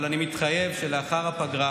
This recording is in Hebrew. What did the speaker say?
אבל אני מתחייב שלאחר הפגרה,